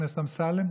אמסלם.